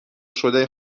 شده